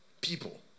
people